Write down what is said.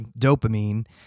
dopamine